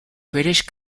british